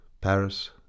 Paris